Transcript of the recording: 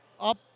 Up